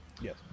Yes